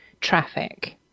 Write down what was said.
traffic